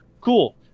Cool